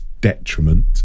detriment